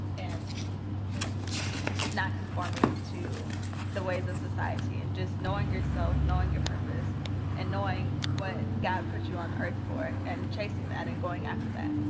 and it's just not conforming to the ways of society and just knowing yourself, knowing your purpose and knowing what god put you on earth for and chasing that and going after that.